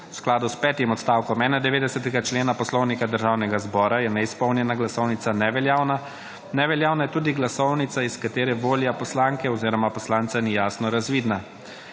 V skladu s petim odstavkom 91. člena Poslovnika Državnega zbora je neizpolnjena glasovnica neveljavna, neveljavna je tudi glasovnica, iz katere volja poslanke oziroma poslanca ni jasno razvidna.